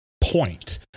point